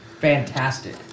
fantastic